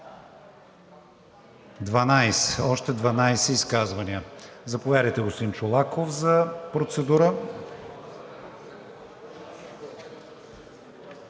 са още 12 изказвания. Заповядайте, господин Чолаков, за процедура.